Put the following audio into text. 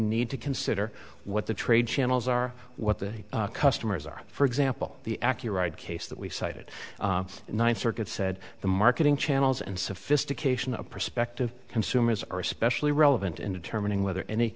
need to consider what the trade channels are what the customers are for example the accurate case that we've cited ninth circuit said the marketing channels and sophistication of perspective consumers are especially relevant in determining whether any